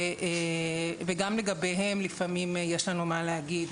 וגם לגביהם יש לנו מה להגיד לפעמים,